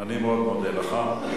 אני מאוד מודה לך.